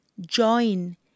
Join